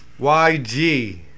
YG